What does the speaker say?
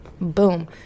boom